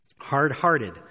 Hard-hearted